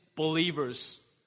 believers